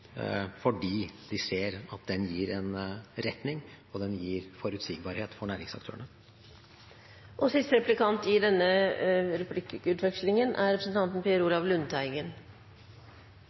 fordi de ser at den gir retning og forutsigbarhet for næringsaktørene. Det er snakket mye om biodrivstoff i Norge, men det er